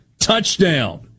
Touchdown